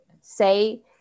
say